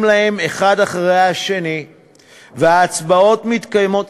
להם האחד אחרי השני וההצבעות מתקיימות,